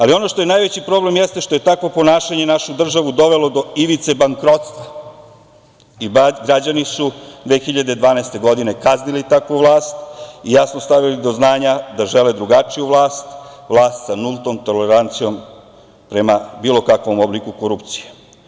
Ali ono što je najveći problem jeste što je takvo ponašanje našu državu dovelo do ivice bankrotstva i građani su 2012. godine, kaznili takvu vlast i jasno stavili do znanja da žele drugačiju vlast, vlast sa nultom tolerancijom prema bilo kakvom obliku korupcije.